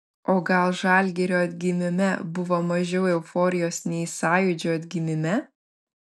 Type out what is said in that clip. o gal žalgirio atgimime buvo mažiau euforijos nei sąjūdžio atgimime